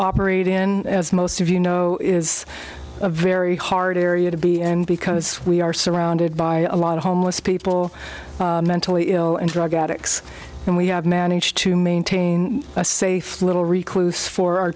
operate in as most of you know is a very hard area to be and because we are surrounded by a lot of homeless people mentally ill and drug addicts and we have managed to maintain a safe little recluse for our